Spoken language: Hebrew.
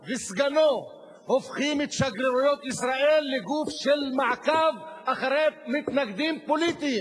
וסגנו הופכים את שגרירויות ישראל לגוף של מעקב אחרי מתנגדים פוליטיים,